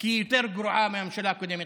כי היא יותר גרועה מהממשלה הקודמת.